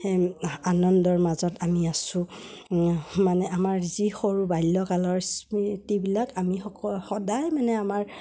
সেই আনন্দৰ মাজত আমি আছোঁ মানে আমাৰ যি সৰু বাল্যকালৰ স্মৃতিবিলাক আমি সক সদায় মানে আমাৰ